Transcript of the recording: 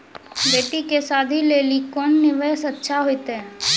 बेटी के शादी लेली कोंन निवेश अच्छा होइतै?